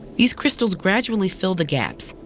these crystals gradually fill the gaps,